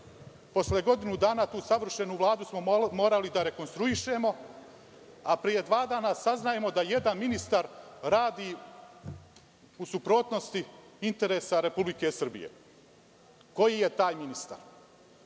Posle godinu dana tu savršenu Vladu smo morali da rekonstruišemo, a pre dva dana saznajemo da jedan ministar radi u suprotnosti interesa Republike Srbije. Koji je taj ministar?